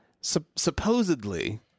supposedly